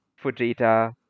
Fujita